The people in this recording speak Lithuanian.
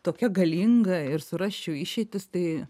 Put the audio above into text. tokia galinga ir surasčiau išeitis tai